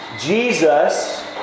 Jesus